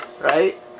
Right